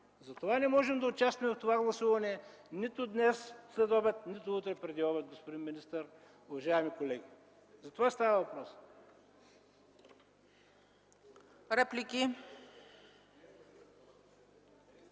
Затова не можем да участваме в това гласуване нито днес следобед, нито утре преди обед, господин министър, уважаеми колеги. За това става въпрос.